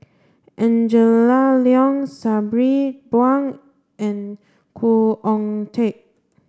Angela Liong Sabri Buang and Khoo Oon Teik